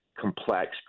complex